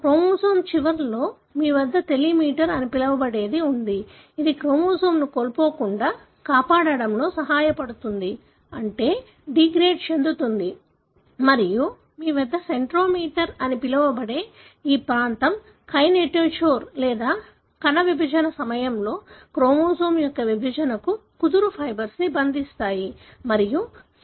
chromosome చివర్లో మీ వద్ద టెలోమీర్ అని పిలవబడేది ఉంది ఇది క్రోమోజోమ్ను కోల్పోకుండా కాపాడడంలో సహాయపడుతుంది అంటే డీగ్రేడ్ చెందుతుంది మరియు మీ వద్ద సెంట్రోమీర్ అని పిలువబడే ఈ ప్రాంతం కైనెటోచోర్ లేదా కణ విభజన సమయంలో క్రోమోజోమ్ యొక్క విభజనకు కుదురు ఫైబర్స్ బంధిస్తాయి మరియు సహాయపడతాయి